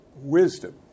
Wisdom